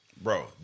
Bro